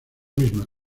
misma